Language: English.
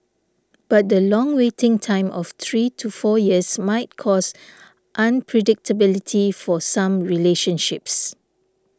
but the long waiting time of three to four years might cause unpredictability for some relationships